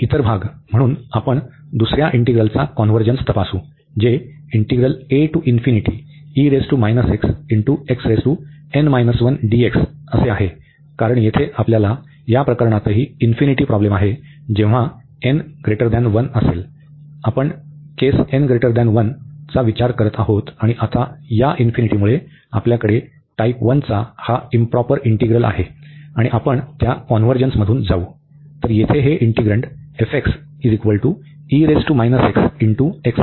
आणि इतर भाग म्हणून आपण दुसर्या इंटिग्रलचा कॉन्व्हर्जन्स तपासू जे आहे कारण येथे आपल्यास या प्रकरणातही इन्फिनिटी प्रॉब्लेम आहे जेव्हा असेल आपण केस n1 चा विचार करीत आहोत आणि आता या इन्फिनिटीमुळे आपल्याकडे टाइप 1 चा हा इंप्रॉपर इंटीग्रल आहे आणि आपण त्या कॉन्व्हर्जन्समधून जाऊ